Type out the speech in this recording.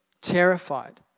Terrified